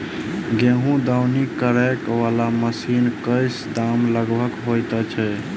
गेंहूँ दौनी करै वला मशीन कऽ दाम लगभग की होइत अछि?